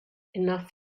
enough